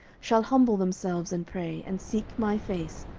shall humble themselves, and pray, and seek my face,